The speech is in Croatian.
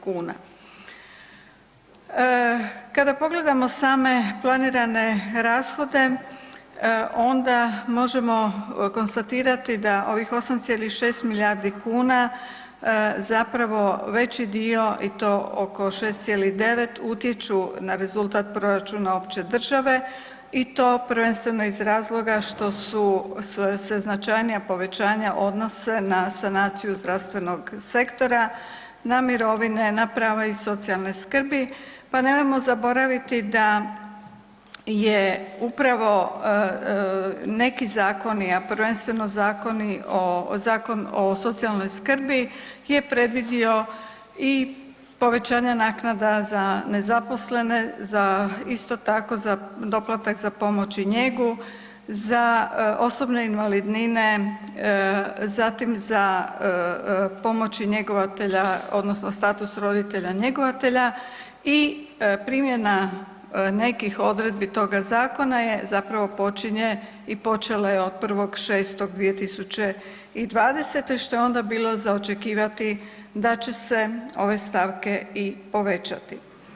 Kada pogledamo same planirane rashode onda možemo konstatirati da ovih 8,6 milijardi kuna veći dio i to oko 6,9 utječu na rezultat proračuna opće države i to prvenstveno iz razloga što se značajnija povećanja odnose na sanaciju zdravstvenog sektora, na mirovine, na prava iz socijalne skrbi, pa nemojmo zaboraviti da je upravo neki zakoni, a prvenstveno Zakon o socijalnoj skrbi je predvidio i povećanje naknada za nezaposlene, isto tako doplatak za pomoć i njegu, za osobne invalidnine, zatim pomoći njegovatelja odnosno status roditelja njegovatelja i primjena nekih odredbi toga zakona je, zapravo počinje i počela je od 1.6.2020. što je onda bilo za očekivati da će se ove stavke i povećati.